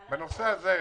אסי,